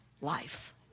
life